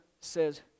says